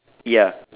ya